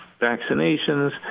vaccinations